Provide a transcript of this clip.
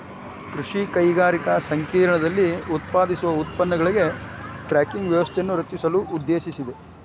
ಕೃಷಿ ಕೈಗಾರಿಕಾ ಸಂಕೇರ್ಣದಲ್ಲಿ ಉತ್ಪಾದಿಸುವ ಉತ್ಪನ್ನಗಳಿಗೆ ಟ್ರ್ಯಾಕಿಂಗ್ ವ್ಯವಸ್ಥೆಯನ್ನು ರಚಿಸಲು ಉದ್ದೇಶಿಸಿದೆ